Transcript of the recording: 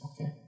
okay